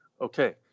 okay